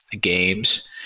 games